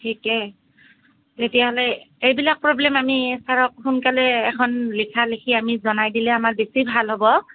ঠিকেই তেতিয়াহ'লে এইবিলাক প্ৰ'ব্লেম আমি চাৰক সোনকালে এখন লিখা লিখি আমি জনাই দিলে আমাৰ বেছি ভাল হ'ব